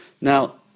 Now